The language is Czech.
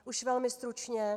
Již velmi stručně.